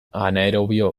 anaerobio